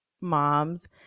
moms